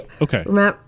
Okay